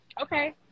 Okay